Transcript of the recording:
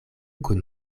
kun